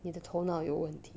你的头脑有问题